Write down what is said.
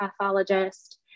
pathologist